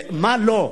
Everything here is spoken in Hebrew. מה לא.